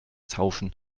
tauschen